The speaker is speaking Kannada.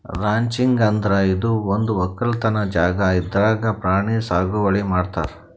ರಾಂಚಿಂಗ್ ಅಂದ್ರ ಇದು ಒಂದ್ ವಕ್ಕಲತನ್ ಜಾಗಾ ಇದ್ರಾಗ್ ಪ್ರಾಣಿ ಸಾಗುವಳಿ ಮಾಡ್ತಾರ್